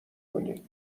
کنی